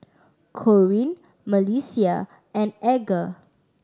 Corwin Melissia and Edgar